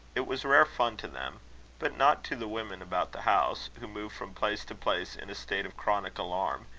it was rare fun to them but not to the women about the house, who moved from place to place in a state of chronic alarm,